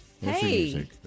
Hey